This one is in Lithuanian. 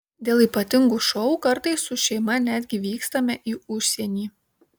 dėl ypatingų šou kartais su šeima netgi vykstame į užsienį